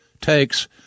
takes